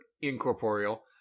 incorporeal